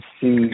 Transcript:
see